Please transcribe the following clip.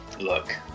Look